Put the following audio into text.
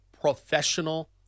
professional